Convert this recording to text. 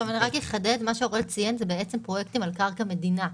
מה שאוראל ציין זה פרויקטים על קרקע מדינה.